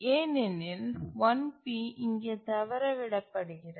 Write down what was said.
ஏனெனில் 1P இங்கே தவற விடப்படுகிறது